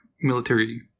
military